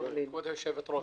כבוד היושבת ראש,